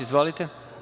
Izvolite.